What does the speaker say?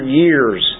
years